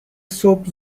صبح